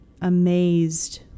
amazed